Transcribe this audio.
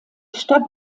stadt